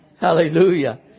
Hallelujah